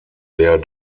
der